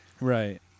Right